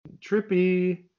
Trippy